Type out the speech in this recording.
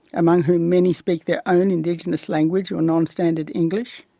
among whom many speak their own indigenous language or non-standard english.